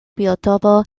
biotopo